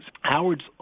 Howard's